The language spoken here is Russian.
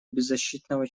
беззащитного